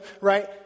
right